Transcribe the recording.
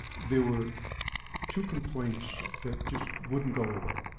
there were two complaints that just wouldn't go away.